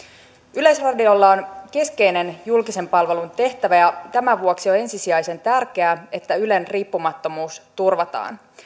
yleisradiolla on keskeinen julkisen palvelun tehtävä ja tämän vuoksi on ensisijaisen tärkeää että ylen riippumattomuus turvataan